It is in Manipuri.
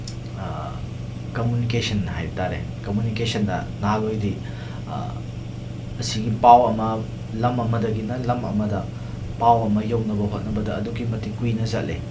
ꯀꯃꯨꯅꯤꯀꯦꯁꯟ ꯍꯥꯏꯕ ꯇꯥꯔꯦ ꯀꯃꯨꯅꯤꯀꯦꯁꯟꯗ ꯅꯍꯥꯟꯋꯥꯏꯗꯤ ꯁꯤꯒꯤ ꯄꯥꯎ ꯑꯃ ꯂꯝ ꯑꯃꯗꯒꯤꯅ ꯂꯝ ꯑꯃꯗ ꯄꯥꯎ ꯑꯃ ꯌꯧꯅꯕ ꯍꯣꯠꯅꯕꯗ ꯑꯗꯨꯛꯀꯤ ꯃꯇꯤꯛ ꯀꯨꯏꯅ ꯆꯪꯏ